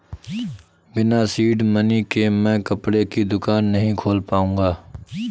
बिना seed money के मैं कपड़े की दुकान नही खोल पाऊंगा